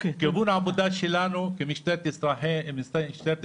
כיוון העבודה שלנו במשטרת ישראל